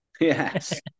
Yes